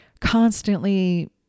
constantly